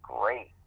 great